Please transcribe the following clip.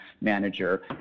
manager